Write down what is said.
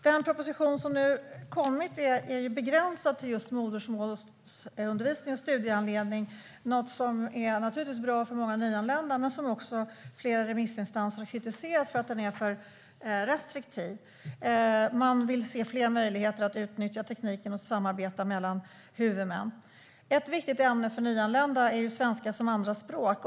Den proposition som nu kommit är begränsad till just modersmål och studiehandledning, något som naturligtvis är bra för många nyanlända, men flera remissinstanser har kritiserat att den är för restriktiv. Man vill se fler möjligheter att utnyttja tekniken och samarbeta mellan huvudmän. Ett viktigt ämne för nyanlända är svenska som andraspråk.